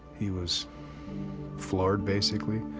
he was floored, basically.